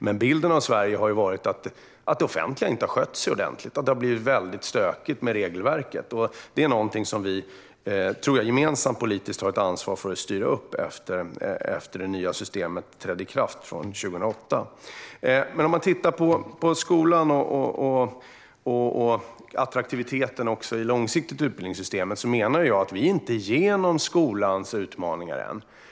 Men bilden av Sverige har varit att det offentliga inte har skött sig och att det har blivit väldigt stökigt med regelverket. Det är någonting som jag tror att vi gemensamt har ett politiskt ansvar för att styra upp efter att det nya systemet trädde i kraft 2008. När det gäller skolan och attraktiviteten långsiktigt i utbildningssystemet menar jag att vi inte är igenom skolans utmaningar än.